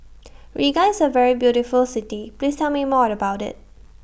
Riga IS A very beautiful City Please Tell Me More about IT